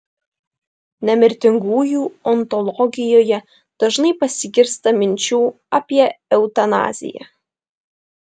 nemirtingųjų ontologijoje dažnai pasigirsta minčių apie eutanaziją